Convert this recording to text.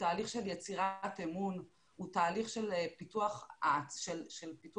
של יצירת אמון, הוא תהליך של פיתוח עוצמות,